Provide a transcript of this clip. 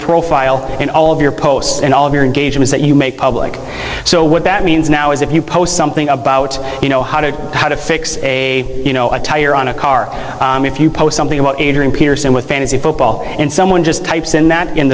profile and all of your posts and all of your engagement that you make public so what that means now is if you post something about you know how to how to fix a tire on a car if you post something about adrian peterson with fantasy football and someone just types in that in